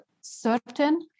certain